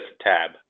tab